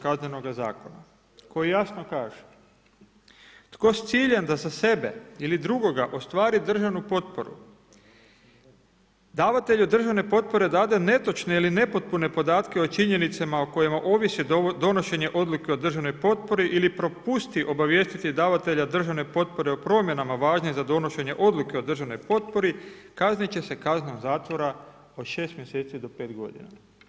Kaznenoga zakona koji jasno kaže „Tko s ciljem da sa sebe ili drugoga ostvari državnu potporu, davatelju državne potpore dade netočne ili nepotpune podatke o činjenicama o kojima ovisi donošenje odluke o državnoj potpori ili propusti obavijestiti davatelja državne potpore o promjenama važnim za donošenje odluke o državnoj potpori, kaznit će se kaznom zatvora od 6 mjeseci do 5 godina“